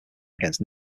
against